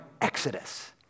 Exodus